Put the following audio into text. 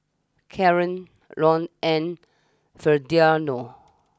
Kaaren Lon and Ferdinand